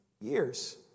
years